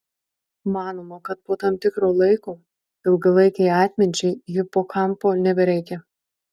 manoma kad po tam tikro laiko ilgalaikei atminčiai hipokampo nebereikia